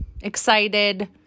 excited